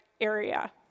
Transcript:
area